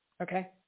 Okay